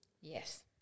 Yes